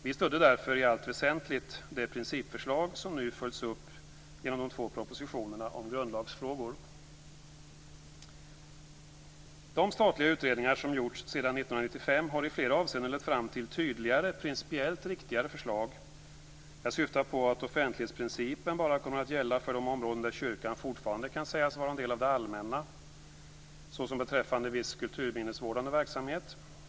Vi stödde därför i allt väsentligt det principförslag som nu följs upp genom de två propositionerna om grundlagsfrågor. De statliga utredningar som gjorts sedan 1995 har i flera avseenden lett fram till tydligare, principiellt riktigare förslag. Jag syftar på att offentlighetsprincipen bara kommer att gälla för de områden där kyrkan fortfarande kan sägas vara en del av det allmänna, såsom beträffande viss kulturminnesvårdande verksamhet.